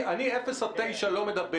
אני על אפס עד תשעה קילומטר לא מדבר.